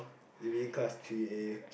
is it cut three A